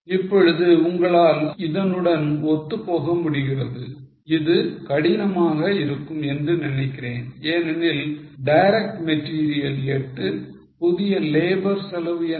இப்பொழுது உங்களால் இதனுடன் ஒத்துப் போக முடிகிறது இது கடினமாக இருக்கும் என்று நினைக்கிறேன் ஏனெனில் டைரக்ட் மெட்டீரியல் 8 புதிய லேபர் செலவு என்ன